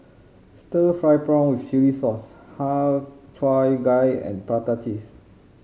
stir fried prawn with chili sauce Har Cheong Gai and prata cheese